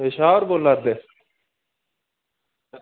तुस शाह होर बोल्ला दे